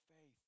faith